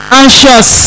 anxious